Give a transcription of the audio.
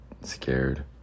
scared